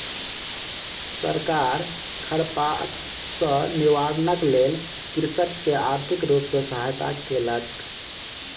सरकार खरपात सॅ निवारणक लेल कृषक के आर्थिक रूप सॅ सहायता केलक